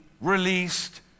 released